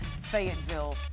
Fayetteville